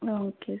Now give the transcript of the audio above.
okay